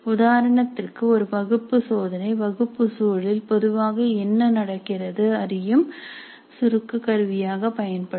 உதாரணத்திற்கு ஒரு வகுப்பு சோதனை வகுப்பு சூழலில் பொதுவாக என்ன நடக்கிறது அறியும் சுருக்க கருவியாக பயன்படும்